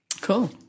cool